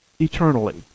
eternally